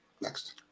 Next